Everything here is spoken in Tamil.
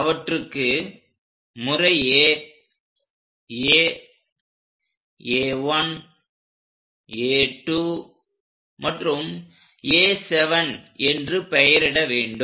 அவற்றுக்கு முறையே A A1 A2 மற்றும் A7 என்று பெயரிட வேண்டும்